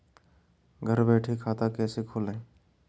घर बैठे खाता कैसे खोलें?